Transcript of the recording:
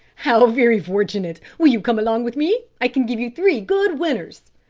how very fortunate! will you come along with me? i can give you three good winners.